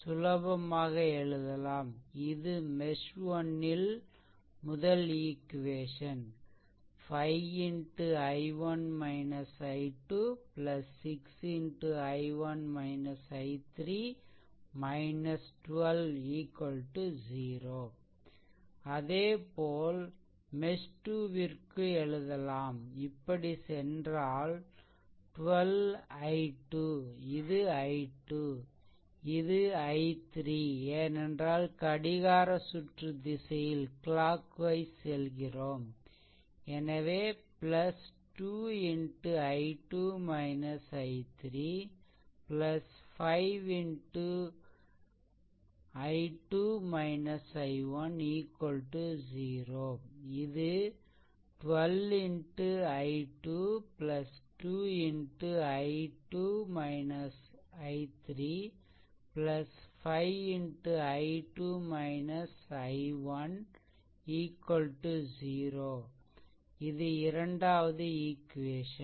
சுலபமாக எழுதலாம் இது mesh 1 ல் முதல் ஈக்வேசன் 5x6x 120 அதேபோல் மெஷ்2 ற்க்கு எழுதலாம் இப்படி சென்றால் 12 x i2 இது i2 இது i3 ஏனென்றால் கடிகார சுற்று திசையில் செல்கிறோம் எனவே 2 x i2 i3 5 x i2 i1 0 இது 12 x i2 2 x 5 x 0 இரண்டாவது ஈக்வேசன்